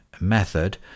method